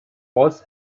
was